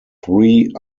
three